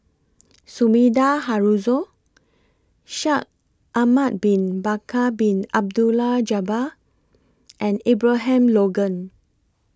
Sumida Haruzo Shaikh Ahmad Bin Bakar Bin Abdullah Jabbar and Abraham Logan